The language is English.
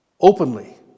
openly